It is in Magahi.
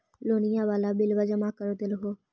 लोनिया वाला बिलवा जामा कर देलहो?